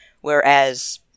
whereas